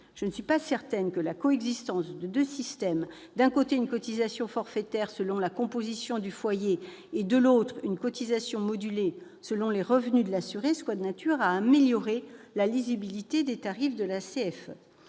Je ne suis pas certaine que la coexistence de deux systèmes avec, d'un côté, une cotisation forfaitaire selon la composition du foyer et, de l'autre, une cotisation modulée selon les revenus de l'assuré soit de nature à améliorer la lisibilité des tarifs de la CFE.